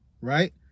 right